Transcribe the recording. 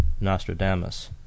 Nostradamus